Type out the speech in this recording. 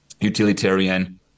utilitarian